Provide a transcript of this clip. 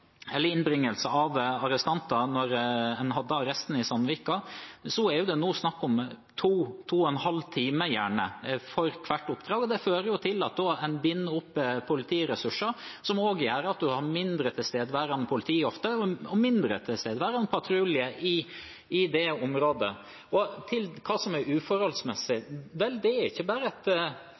innbringelse av arrestanter, da en hadde arresten i Sandvika, er det nå snakk om to–to og en halv time gjerne for hvert oppdrag Det fører jo til at en binder opp politiressurser, som gjør at en ofte har et mindre tilstedeværende politi og mindre tilstedeværende patrulje i det området. Til hva som er uforholdsmessig: Det er ikke bare et